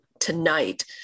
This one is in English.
tonight